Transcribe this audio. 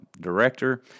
director